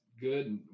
good